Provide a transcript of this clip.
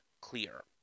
clear